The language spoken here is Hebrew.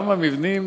גם המבנים